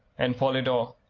and polydore